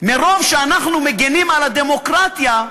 מרוב שאנחנו מגִנים על הדמוקרטיה,